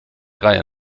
reihe